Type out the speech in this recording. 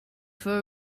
for